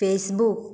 Facebook